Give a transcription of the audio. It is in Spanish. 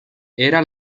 era